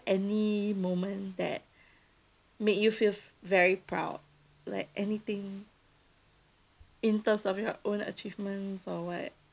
any moment that make you feel very proud like anything in terms of your own achievements or [what]